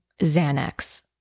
Xanax